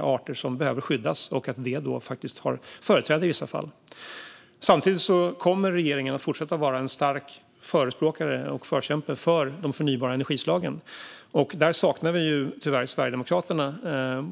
arter som behöver skyddas och att det faktiskt har företräde i vissa fall. Samtidigt kommer regeringen att fortsätta vara en stark förespråkare och förkämpe för de förnybara energislagen. I den kampen saknar vi tyvärr Sverigedemokraterna.